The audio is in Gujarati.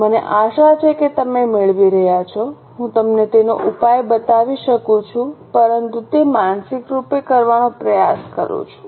મને આશા છે કે તમે મેળવી રહ્યાં છો હું તમને તેનો ઉપાય બતાવી શકું છું પરંતુ તે માનસિક રૂપે કરવાનો પ્રયાસ કરું છું